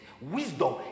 wisdom